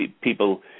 people